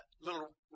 little